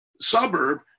suburb